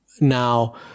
now